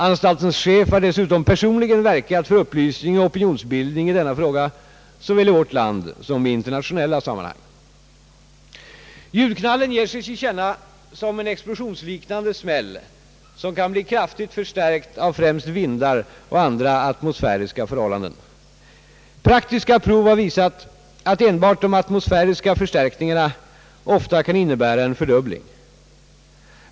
Anstaltens chef har dessutom personligen verkat för upplysning och opinionsbildning i denna fråga såväl i vårt land som i internationella sammanhang. Ljudknallen ger sig till känna som en explosionsliknande smäll som kan bli kraftigt förstärkt av främst vindar och andra atmosfäriska förhållanden. Praktiska prov har visat att enbart de atmosfäriska förstärkningarna ofta kan innebära en fördubbling.